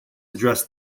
addressed